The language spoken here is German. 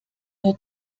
nur